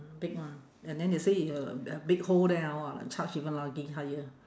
big one and then they say you uh a big hole there ah !wah! charge even lagi higher